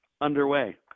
underway